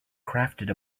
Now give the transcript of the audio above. crafted